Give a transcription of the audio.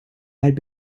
had